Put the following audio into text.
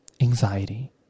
anxiety